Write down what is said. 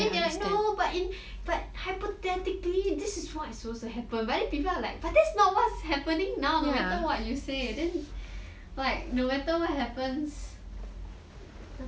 but then they are like no but hypothetically this is what is supposed to happen but then people are like but that's not what's happening now no matter what you say like no matter what happens